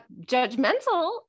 judgmental